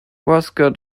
vasco